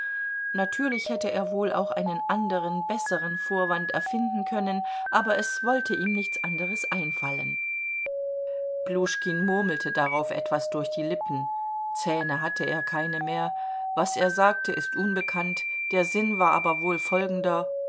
natürlich hätte er wohl auch einen anderen besseren vorwand erfinden können aber es wollte ihm nichts anderes einfallen pljuschkin murmelte darauf etwas durch die lippen zähne hatte er keine mehr was er sagte ist unbekannt der sinn war aber wohl folgender